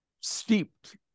steeped